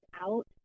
out